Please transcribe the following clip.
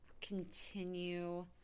continue